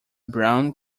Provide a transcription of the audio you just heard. brown